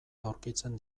aurkitzen